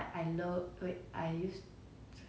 like 每次每次都是 like 那种讲那种 like